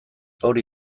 hori